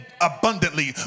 abundantly